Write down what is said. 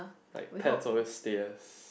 like cats always stay as